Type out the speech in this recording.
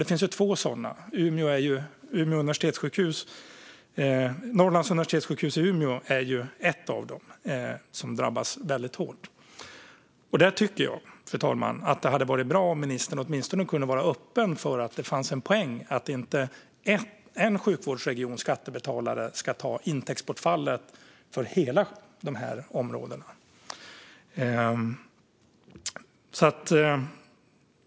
Det finns två sådana regioner. Norrlands universitetssjukhus i Umeå är en av dem som drabbas väldigt hårt. Där tycker jag, fru talman, att det hade varit bra om ministern åtminstone hade kunnat vara öppen för att det finns en poäng i att inte en sjukvårdsregions skattebetalare ska ta intäktsbortfallet för hela områdena.